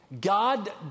God